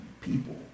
people